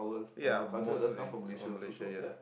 ya mostly or Malaysia ya